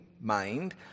mind